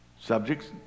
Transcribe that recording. Subjects